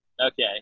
Okay